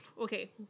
Okay